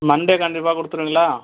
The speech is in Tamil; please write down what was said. மண்டே கண்டிப்பாக கொடுத்துருவீங்களா